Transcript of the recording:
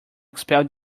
expel